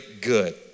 good